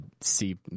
see